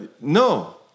No